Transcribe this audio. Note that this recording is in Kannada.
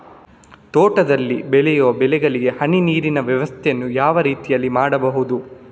ತೋಟದಲ್ಲಿ ಬೆಳೆಯುವ ಬೆಳೆಗಳಿಗೆ ಹನಿ ನೀರಿನ ವ್ಯವಸ್ಥೆಯನ್ನು ಯಾವ ರೀತಿಯಲ್ಲಿ ಮಾಡ್ಬಹುದು?